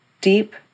deep